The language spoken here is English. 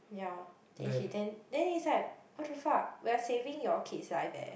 ya then she then then its like what the fuck we are saving your kid's life eh